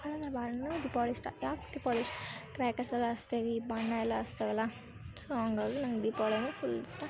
ಭಾಳ ಅಂದ್ರೆ ಭಾಳ ನನಗೆ ದೀಪಾವಳಿ ಇಷ್ಟ ಯಾಕೆ ದೀಪಾವಳಿ ಇಷ್ಟ ಕ್ರ್ಯಾಕರ್ಸ್ ಎಲ್ಲ ಹಚ್ತೇವಿ ಬಾಣ ಎಲ್ಲ ಹಚ್ತೇವಲ್ಲ ಸೊ ಹಂಗಾಗಿ ನಂಗೆ ದೀಪಾವಳಿ ಅಂದ್ರೆ ಫುಲ್ ಇಷ್ಟ